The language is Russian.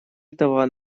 этого